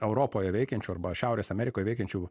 europoje veikiančių arba šiaurės amerikoj veikiančių